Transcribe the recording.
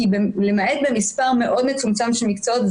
כי למעט במספר מאוד מצומצם של מקצועות,